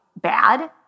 bad